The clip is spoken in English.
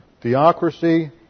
Theocracy